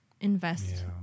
invest